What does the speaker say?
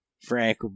Frank